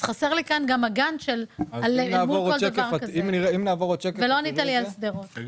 לא ענית לי לגבי שדרות והפריפריה.